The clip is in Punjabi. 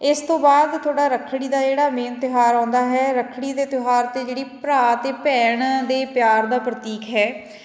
ਇਸ ਤੋਂ ਬਾਅਦ ਤੁਹਾਡਾ ਰੱਖੜੀ ਦਾ ਜਿਹੜਾ ਮੇਨ ਤਿਉਹਾਰ ਆਉਂਦਾ ਹੈ ਰੱਖੜੀ ਦੇ ਤਿਉਹਾਰ 'ਤੇ ਜਿਹੜੀ ਭਰਾ ਅਤੇ ਭੈਣ ਦੇ ਪਿਆਰ ਦਾ ਪ੍ਰਤੀਕ ਹੈ